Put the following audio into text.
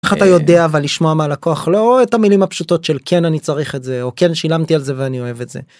איך אתה יודע אבל לשמוע מה הלקוח, לא את המילים הפשוטות של, כן, אני צריך את זה, או כן, שילמתי על זה ואני אוהב את זה.